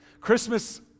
Christmas